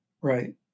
Right